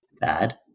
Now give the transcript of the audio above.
Bad